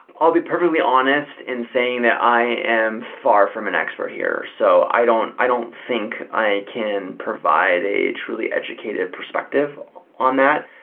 i'll be perfectly honest in saying that i am far from an expert here. so, i don't i don't think i can provide a truly educated perspective on that.